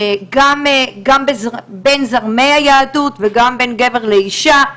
גם בין זרמי היהדות וגם בין גבר לאישה,